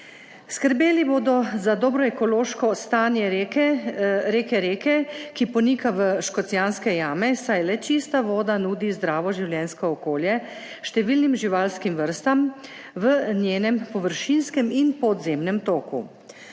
Skrbeli bodo za dobro ekološko stanje reke Reke, ki ponika v Škocjanske jame, saj le čista voda nudi zdravo življenjsko okolje številnim živalskim vrstam v njenem površinskem in podzemnem toku.